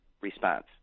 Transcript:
response